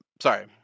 Sorry